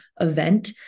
event